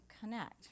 connect